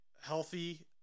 healthy